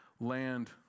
land